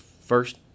first